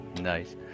Nice